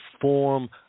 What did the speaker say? form